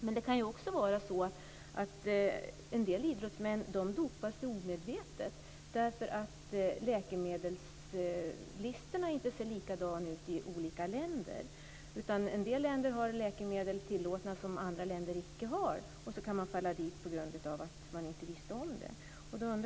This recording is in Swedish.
Men det kan också vara så att en del idrottsmän dopar sig omedvetet, därför att läkemedelslistorna inte är lika i olika länder. I en del länder är läkemedel tillåtna som inte är det i andra länder, och då kan man åka dit på grund av att man inte visste om det.